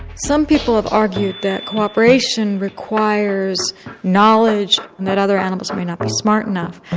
some people have argued that cooperation requires knowledge and that other animals might not be smart enough.